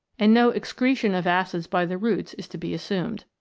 and no excretion of acids by the roots is to be assumed.